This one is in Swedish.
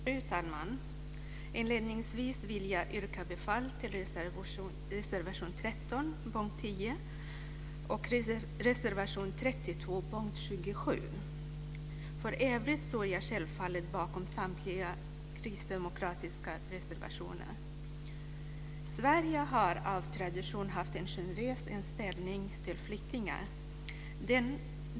Fru talman! Inledningsvis yrkar jag bifall till reservation 13 under punkt 10 och reservation 32 under punkt 27. För övrigt står jag självfallet bakom samtliga kristdemokratiska reservationer. Sverige har av tradition haft en generös inställning till flyktingar.